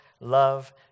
love